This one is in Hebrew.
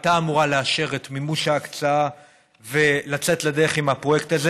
הייתה אמורה לאשר את מימוש ההקצאה ולצאת לדרך עם הפרויקט הזה.